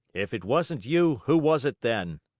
if it wasn't you, who was it, then?